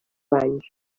banys